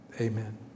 Amen